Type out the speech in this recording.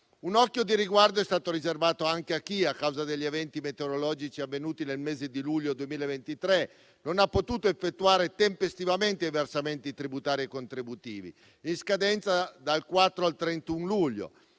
Un occhio di riguardo è stato riservato anche a chi, a causa degli eventi meteorologici avvenuti nel mese di luglio 2023, non ha potuto effettuare tempestivamente i versamenti tributari e contributivi in scadenza dal 4 al 31 luglio;